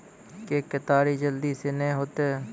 के केताड़ी जल्दी से के ना होते?